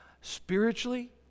spiritually